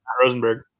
Rosenberg